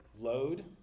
Load